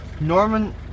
Norman